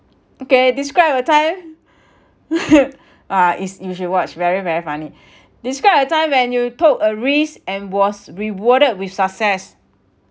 okay describe a time ah it's you should watch very very funny describe a time when you took a risk and was rewarded with success